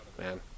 man